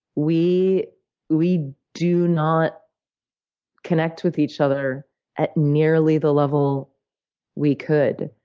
we we do not connect with each other at nearly the level we could.